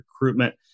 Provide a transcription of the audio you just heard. recruitment